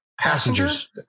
Passengers